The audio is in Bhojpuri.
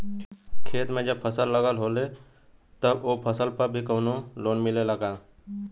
खेत में जब फसल लगल होले तब ओ फसल पर भी कौनो लोन मिलेला का?